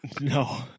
No